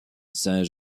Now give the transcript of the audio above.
saint